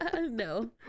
No